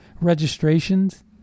registrations